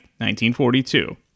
1942